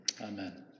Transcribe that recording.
Amen